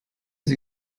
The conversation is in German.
sie